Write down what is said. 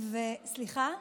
סליחה?